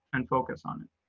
and focus on it.